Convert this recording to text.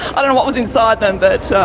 i don't know what was inside them but,